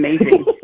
amazing